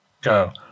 go